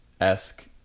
esque